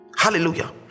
hallelujah